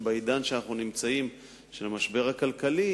ובעידן שאנו נמצאים בו של המשבר הכלכלי